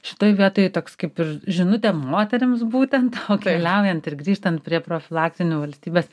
šitoj vietoj toks kaip ir žinutė moterims būtent keliaujant ir grįžtant prie profilaktinių valstybės